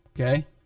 Okay